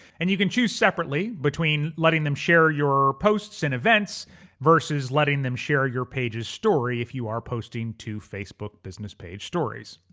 and you can choose separately between letting them share your posts and events versus letting them share your page's story, if you are posting to facebook business page stories.